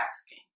asking